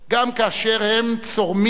גם כאשר הם צורמים,